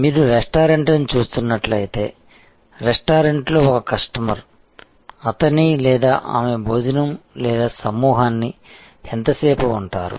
మీరు రెస్టారెంట్ను చూస్తున్నట్లయితే రెస్టారెంట్లో ఒక కస్టమర్ అతని లేదా ఆమె భోజనం లేదా సమూహాన్ని ఎంతసేపు ఉంటారు